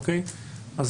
אז